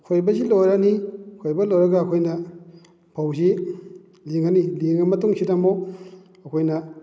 ꯈꯣꯏꯕꯁꯤ ꯂꯣꯏꯔꯅꯤ ꯈꯣꯏꯕ ꯂꯣꯏꯔꯒ ꯑꯩꯈꯣꯏꯅ ꯐꯧꯁꯤ ꯂꯤꯡꯉꯅꯤ ꯂꯤꯡꯉ ꯃꯇꯨꯡꯁꯤꯗ ꯑꯃꯨꯛ ꯑꯩꯈꯣꯏꯅ